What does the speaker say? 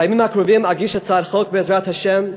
בימים הקרובים אגיש, בעזרת השם,